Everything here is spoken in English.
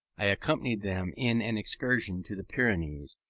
i accompanied them in an excursion to the pyrenees,